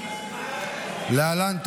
להעביר את